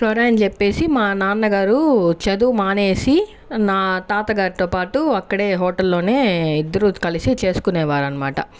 సరే అని చెప్పేసి మా నాన్నగారు చదువు మానేసి నా తాతగారితో పాటు అక్కడే హోటల్ లోనే ఇద్దరు కలిసి చేసుకునేవారనమాట